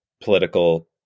political